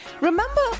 Remember